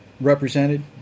represented